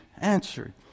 answered